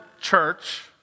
church